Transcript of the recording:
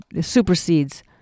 supersedes